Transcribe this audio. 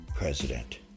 president